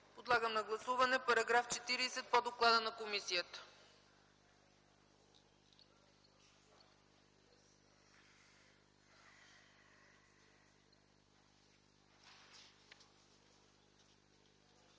Подлагам на гласуване § 40 по доклада на комисията.